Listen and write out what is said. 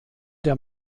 der